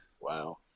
Wow